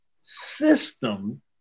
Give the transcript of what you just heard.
system